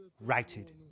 routed